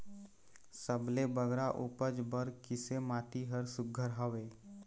सबले बगरा उपज बर किसे माटी हर सुघ्घर हवे?